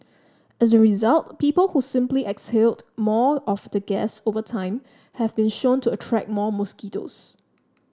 as a result people who simply exhale more of the gas over time have been shown to attract more mosquitoes